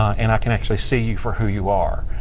and i can actually see you for who you are.